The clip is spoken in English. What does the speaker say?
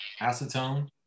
Acetone